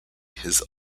his